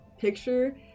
picture